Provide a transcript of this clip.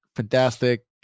Fantastic